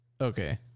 Okay